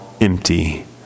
empty